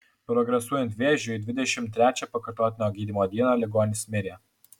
progresuojant vėžiui dvidešimt trečią pakartotinio gydymo dieną ligonis mirė